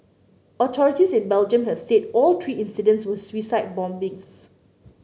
authorities in Belgium have said all three incidents were suicide bombings